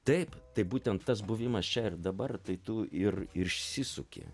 taip tai būtent tas buvimas čia ir dabar tai tu ir išsisuki